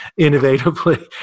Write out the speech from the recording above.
innovatively